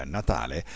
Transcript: Natale